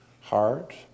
heart